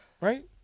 Right